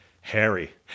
Harry